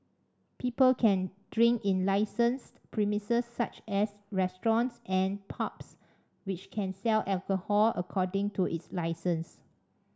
people can drink in licensed premises such as restaurants and pubs which can sell alcohol according to its licence